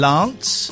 Lance